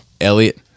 Elliot